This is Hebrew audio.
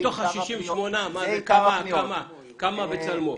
מתוך ה-68, כמה פניות הגיעו מ"בצלמו"?